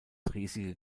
riesige